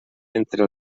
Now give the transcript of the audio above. entre